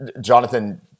Jonathan